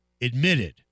admitted